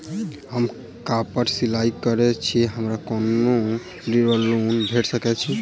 हम कापड़ सिलाई करै छीयै हमरा कोनो ऋण वा लोन भेट सकैत अछि?